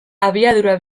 abiadura